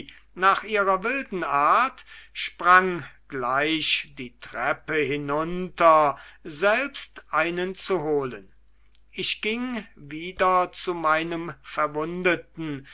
nach ihrer wilden art sprang gleich die treppe hinunter selbst einen zu holen ich ging wieder zu meinem verwundeten